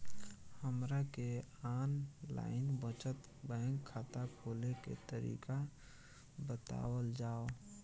हमरा के online बचत बैंक खाता खोले के तरीका बतावल जाव?